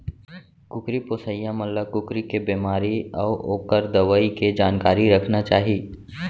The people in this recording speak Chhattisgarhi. कुकरी पोसइया मन ल कुकरी के बेमारी अउ ओकर दवई के जानकारी रखना चाही